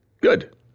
Good